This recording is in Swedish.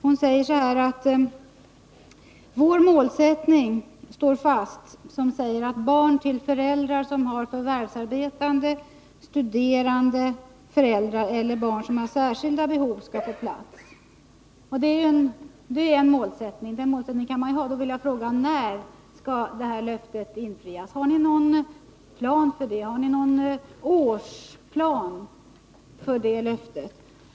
Hon sade: Vår målsättning, som säger att barn till föräldrar som har förvärvsarbetande eller studerande föräldrar och barn som har särskilda behov skall få plats, står fast. Den målsättningen kan man naturligtvis ha. Jag vill då fråga: När skall det löftet infrias? Har ni någon årsplan för när det löftet skall vara uppfyllt?